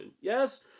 yes